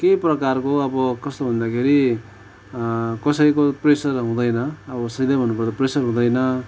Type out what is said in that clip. केही प्रकारको अब कस्तो भन्दाखेरि कसैको प्रेसर हुँदैन अब सिदै भन्दाखेरि प्रेसर हुँदैन